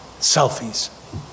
selfies